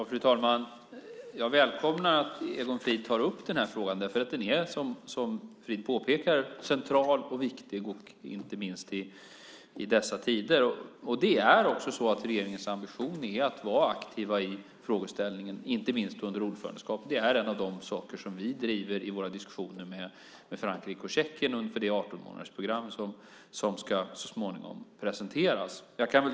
Fru talman! Jag välkomnar att Egon Frid tar upp frågan. Den är som Frid påpekar central och viktig inte minst i dessa tider. Regeringens ambition är att vara aktiv i frågan, inte minst under ordförandeskapet. Det är en av de saker som vi driver i våra diskussioner med Frankrike och Tjeckien för det 18-månadersprogram som så småningom ska presenteras.